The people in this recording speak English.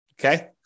Okay